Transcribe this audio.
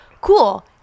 cool